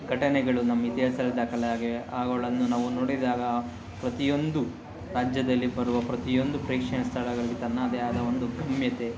ಘಟನೆಗಳು ನಮ್ಮ ಇತಿಹಾಸದಲ್ಲಿ ದಾಖಲಾಗಿವೆ ಅವುಗಳನ್ನು ನಾವು ನೋಡಿದಾಗ ಪ್ರತಿಯೊಂದು ರಾಜ್ಯದಲ್ಲಿ ಬರುವ ಪ್ರತಿಯೊಂದು ಪ್ರೇಕ್ಷಣೀಯ ಸ್ಥಳಗಳಲ್ಲಿ ತನ್ನದೇ ಆದ ಒಂದು ರಮ್ಯತೆ